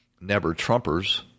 never-Trumpers